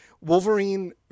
Wolverine